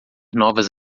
novas